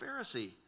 Pharisee